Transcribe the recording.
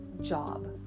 job